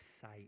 sight